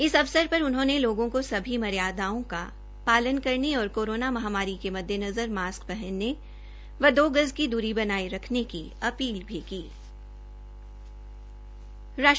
इस अवसर पर उन्होंने लोगों को सभी मर्यादाओं को पालन करने और कोरोना महामारी के मद्देनजर मास्क पहनने व दो गज की दूरी रखने की अपील भ्जी की